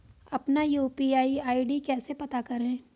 अपना UPI ID कैसे पता करें?